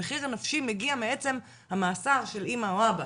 המחיר הנפשי מגיע מעצם המאסר של אימא או אבא.